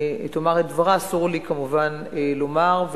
תאמר את דברה, אסור לי כמובן לומר.